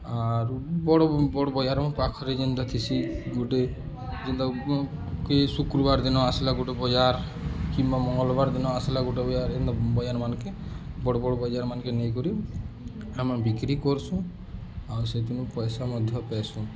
ଆରୁ ବଡ଼୍ ବଡ଼୍ ବଜାର ପାଖରେ ଯେନ୍ତା ଥିସି ଗୁଟେ ଯେନ୍ତାକି ଶୁକ୍ରବାର୍ ଦିନ ଆସ୍ଲା ଗୁଟେ ବଜାର୍ କିମ୍ବା ମଙ୍ଗଲ୍ବାର୍ ଦିନ ଆସ୍ଲା ଗୁଟେ ବଜାର୍ ଏନ୍ତା ବଜାର୍ମାନ୍କେ ବଡ଼୍ ବଡ଼୍ ବଜାର୍ମାନ୍କେ ନେଇକରି ଆମେ ବିକ୍ରି କର୍ସୁଁ ଆଉ ସେଦିନ ପଏସା ମଧ୍ୟ ପାଏସୁଁ